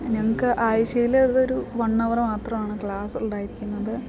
ഞങ്ങൾക്ക് ആഴ്ചയിൽ അതൊരു വണ്ണ് അവർ മാത്രമാണ് ക്ലാസ് ഉണ്ടായിരിക്കുന്നത്